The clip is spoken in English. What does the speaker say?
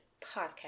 Podcast